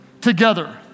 together